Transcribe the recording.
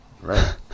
Right